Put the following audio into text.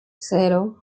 cero